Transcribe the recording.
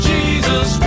Jesus